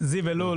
זיו אלול,